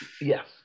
Yes